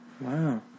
Wow